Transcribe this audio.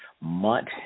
month